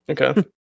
Okay